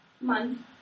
month